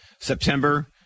September